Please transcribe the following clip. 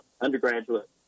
undergraduate